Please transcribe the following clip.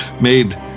made